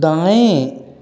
दाएं